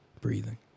breathing